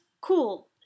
cool